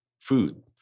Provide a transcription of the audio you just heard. food